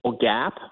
gap